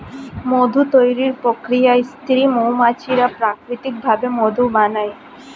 মধু তৈরির প্রক্রিয়ায় স্ত্রী মৌমাছিরা প্রাকৃতিক ভাবে মধু বানায়